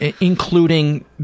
including